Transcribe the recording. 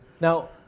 now